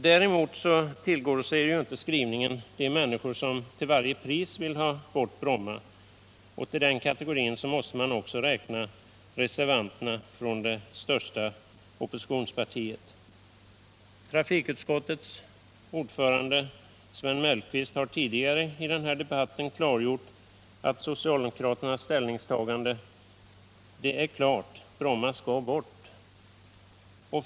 Däremot tillgodoser inte skrivningen de människors intressen som till varje pris vill ha bort Bromma flygplats. Till den kategorin måste man också räkna reservanterna från det största oppositionspartiet. Trafikutskottets ordförande Sven Mellqvist har tidigare i den här debatten klargjort att socialdemokraternas ställningstagande är klart: Bromma flygplats skall bort.